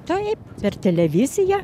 taip per televiziją